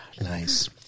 Nice